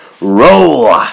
roll